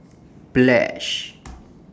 Pledge